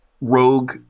rogue